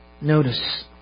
Notice